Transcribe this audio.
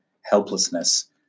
helplessness